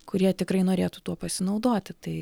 kurie tikrai norėtų tuo pasinaudoti tai